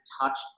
touch